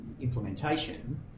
implementation